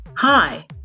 Hi